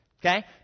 Okay